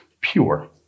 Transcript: pure